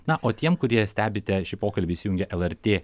na o tiem kurie stebite šį pokalbį įsijungę lrt